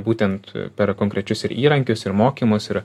būtent per konkrečius ir įrankius ir mokymus ir